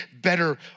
better